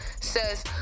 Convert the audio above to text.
Says